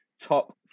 top